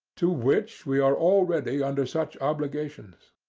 to which we are already under such obligations.